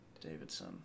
Davidson